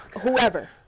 whoever